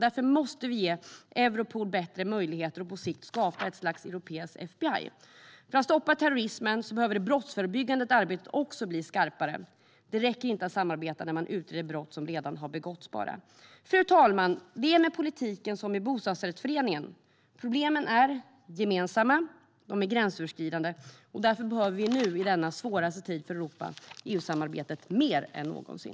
Därför måste vi ge Europol bättre möjligheter att på sikt skapa ett slags europeiskt FBI. För att stoppa terrorismen behöver det brottsförebyggande arbetet också bli skarpare. Det räcker inte att samarbeta bara när man utreder brott som redan har begåtts. Fru talman! Det är med politiken som med bostadsrättsföreningen. Problemen är gemensamma och gränsöverskridande. Därför behöver vi nu, i denna svåraste tid för Europa, EU-samarbetet mer än någonsin.